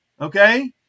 Okay